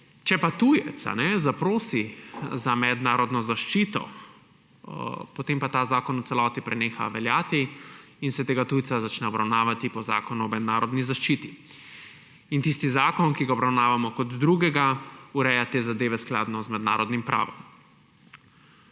Če pa tujec zaprosi za mednarodno zaščito, potem pa ta zakon v celoti preneha veljati in se tega tujca začne obravnavati po Zakonu o mednarodni zaščiti. In tisti zakon, ki ga obravnavamo kot drugega, ureja te zadeve skladno z mednarodnim pravom.